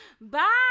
bye